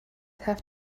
have